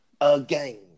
again